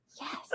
Yes